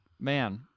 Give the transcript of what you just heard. man